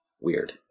weird